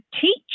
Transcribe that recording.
teach